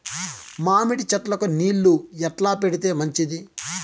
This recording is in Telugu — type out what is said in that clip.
మామిడి చెట్లకు నీళ్లు ఎట్లా పెడితే మంచిది?